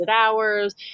hours